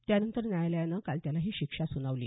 त्यानंतर न्यायालयानं काल त्याला ही शिक्षा सुनावली